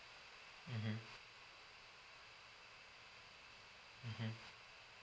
mmhmm mmhmm